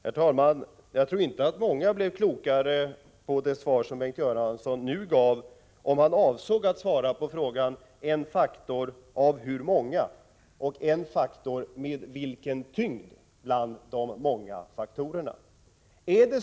Herr talman! Jag tror inte att många blev klokare av det svar som Bengt Göransson nu gav, om han avsåg att svara på frågorna om en faktor av hur många och om en faktor med vilken tyngd bland de många faktorerna.